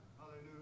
Hallelujah